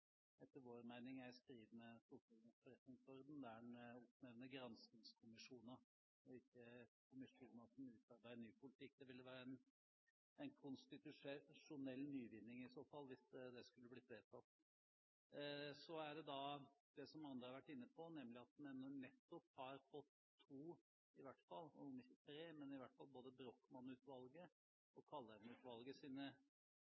etter vår mening er i strid med Stortingets forretningsorden, der en oppnevner granskningskommisjoner, ikke kommisjoner som utarbeider ny politikk. Det ville i så fall være en konstitusjonell nyvinning hvis det skulle bli vedtatt. Så er det det som andre har vært inne på, nemlig at vi nettopp har fått i hvert fall to, om ikke tre,